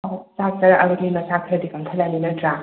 ꯑꯑꯣ ꯆꯥꯛ ꯆꯔꯛꯑꯕꯅꯤꯅ ꯅꯁꯥ ꯈꯔꯗꯤ ꯀꯟꯈꯠꯂꯅꯤ ꯅꯠꯇ꯭ꯔꯥ